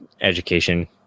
education